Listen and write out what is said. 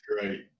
great